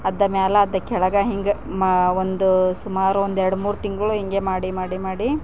ಅರ್ಧ ಮೇಲೆ ಅರ್ಧ ಕೆಳಗೆ ಹಿಂಗೆ ಮ ಒಂದು ಸುಮಾರು ಒಂದು ಎರ್ಡು ಮೂರು ತಿಂಗಳು ಹೀಗೆ ಮಾಡಿ ಮಾಡಿ ಮಾಡಿ